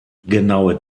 genaue